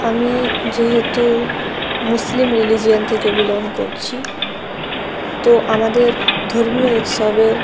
আমি যেহেতু Muslim religion থেকে বিলং করছি তো আমাদের ধর্মীয় উৎসবের